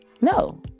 no